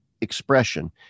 expression